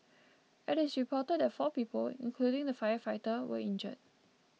it is reported that four people including the firefighter were injured